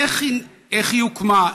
איך היא הוקמה?